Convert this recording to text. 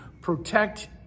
protect